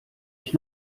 ich